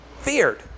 feared